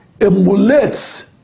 emulates